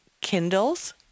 Kindles